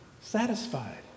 satisfied